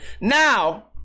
Now